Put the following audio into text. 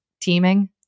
teaming